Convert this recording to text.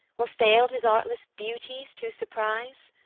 or fail'd his artless beauties to surprise?